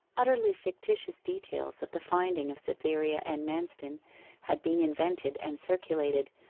utterly fictitious details of the finding of cytherea and manston had been invented and circulated,